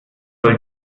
soll